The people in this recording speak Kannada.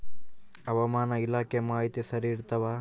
ಹವಾಮಾನ ಇಲಾಖೆ ಮಾಹಿತಿ ಸರಿ ಇರ್ತವ?